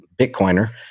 Bitcoiner